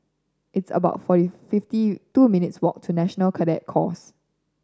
it's about forty fifty two minutes' walk to National Cadet Corps